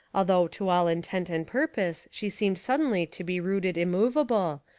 although to all intent and purpose she seemed suddenly to be rooted immovable,